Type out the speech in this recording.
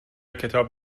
کتاب